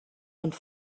und